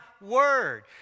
word